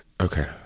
Okay